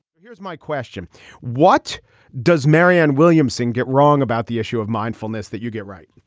here's my question what does marianne williamson get wrong about the issue of mindfulness that you get right?